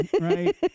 right